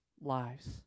lives